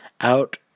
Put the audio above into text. out